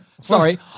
Sorry